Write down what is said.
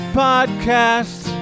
podcast